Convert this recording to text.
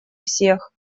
всех